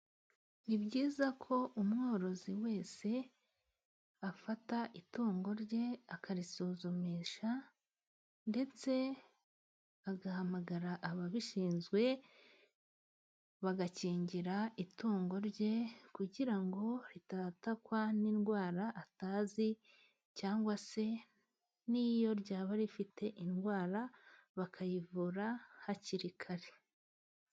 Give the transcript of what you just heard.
Ni byiza ko umworozi wese afata itungo rye akarisuzumisha ndetse agahamagara ababishinzwe bagakingira itungo rye kugira ngo ritatakwa n'indwara atazi cyangwa se n'iyo ryaba rifite indwara bakayivura hakiri kare.